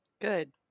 Good